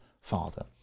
father